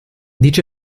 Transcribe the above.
dice